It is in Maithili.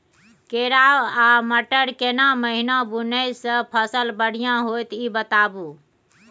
केराव आ मटर केना महिना बुनय से फसल बढ़िया होत ई बताबू?